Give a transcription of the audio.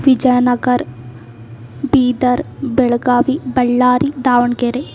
Vijaya Nagar Bidar Belagavi Ballari Davanagere